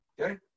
Okay